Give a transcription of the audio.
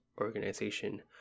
organization